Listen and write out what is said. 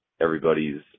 everybody's